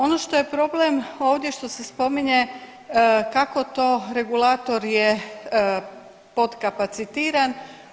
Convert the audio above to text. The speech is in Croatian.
Ono što je problem ovdje što se spominje kako to regulator je potkapacitiran.